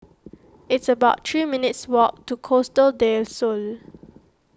it's about three minutes' walk to Costa del Sol